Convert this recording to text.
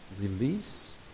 release